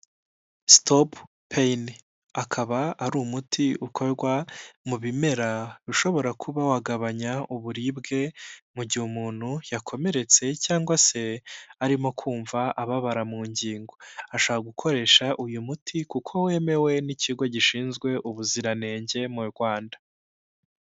Stopu payiningi akaba ari umuti ukorwa mu bimera ushobora kuba wagabanya uburibwe mu gihe umuntu yakomeretse cyangwa se arimo kumva ababara mu ngingo ashaka gukoresha uyu muti kuko wemewe n'ikigo gishinzwe ubuziranenge mu Rwanda.